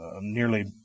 nearly